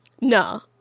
No